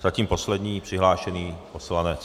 Zatím poslední přihlášený poslanec.